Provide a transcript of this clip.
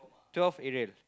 twelve Arial